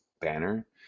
banner